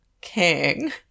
king